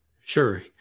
Sure